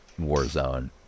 Warzone